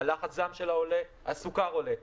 לחץ הדם שלה עולה, הסוכר עולה.